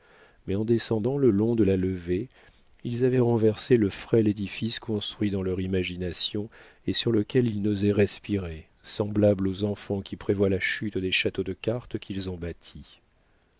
mais en descendant le long de la levée ils avaient renversé le frêle édifice construit dans leur imagination et sur lequel ils n'osaient respirer semblables aux enfants qui prévoient la chute des châteaux de cartes qu'ils ont bâtis